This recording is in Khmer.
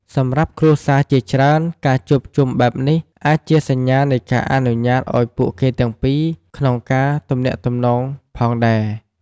សម្រាប់គ្រួសារជាច្រើន ការជួបជុំបែបនេះអាចជាសញ្ញានៃការអនុញ្ញាតឲ្យពូកគេទាំងពីរក្នុងកាទំនាក់ទំនងផងដែរ។